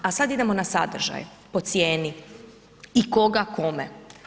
A sada idemo na sadržaj po cijeni i koga kome.